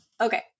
okay